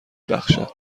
بخشد